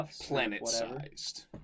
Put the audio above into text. planet-sized